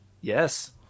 Yes